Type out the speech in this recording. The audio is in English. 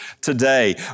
today